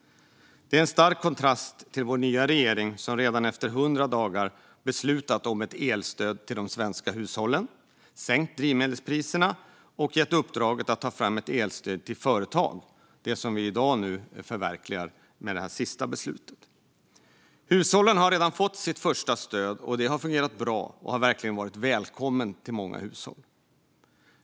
Detta står i stark kontrast till vår nya regering som redan efter hundra dagar beslutat om ett elstöd till de svenska hushållen, sänkt drivmedelspriserna och gett uppdraget att ta fram det elstöd till företagen som förverkligas i och med morgondagens beslut. Hushållen har redan fått sitt första stöd. Det har fungerat bra och har verkligen varit välkommet för många hushåll.